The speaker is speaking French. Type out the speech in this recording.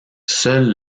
seuls